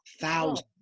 Thousands